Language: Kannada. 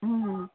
ಹ್ಞೂ